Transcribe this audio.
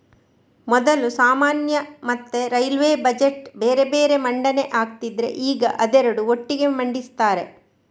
ಮೊದಲು ಸಾಮಾನ್ಯ ಮತ್ತೆ ರೈಲ್ವೇ ಬಜೆಟ್ ಬೇರೆ ಬೇರೆ ಮಂಡನೆ ಆಗ್ತಿದ್ರೆ ಈಗ ಅದೆರಡು ಒಟ್ಟಿಗೆ ಮಂಡಿಸ್ತಾರೆ